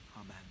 Amen